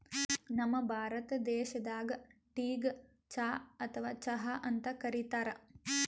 ನಮ್ ಭಾರತ ದೇಶದಾಗ್ ಟೀಗ್ ಚಾ ಅಥವಾ ಚಹಾ ಅಂತ್ ಕರಿತಾರ್